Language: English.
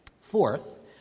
Fourth